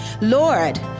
Lord